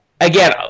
again